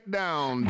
down